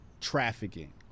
trafficking